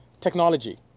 technology